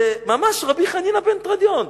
זה ממש רבי חנינא בן תרדיון: